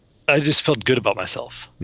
i just felt good about myself